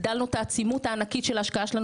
הגדלנו את העצימות הענקית של ההשקעה הענקית שלנו